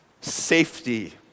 safety